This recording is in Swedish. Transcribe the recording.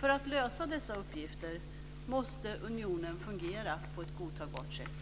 För att lösa dessa uppgifter måste unionen fungera på ett godtagbart sätt,